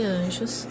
anjos